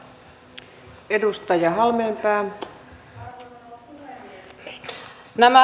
arvoisa rouva puhemies